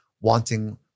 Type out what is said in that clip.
wanting